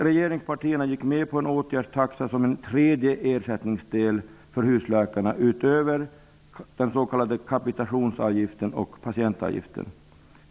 Regeringspartierna gick med på en åtgärdstaxa som en tredje ersättningsdel för husläkarna, utöver den s.k. kapitationsavgiften och patientavgiften.